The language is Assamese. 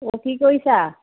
অ' কি কৰিছা